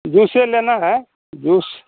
जूसे लेना है जूस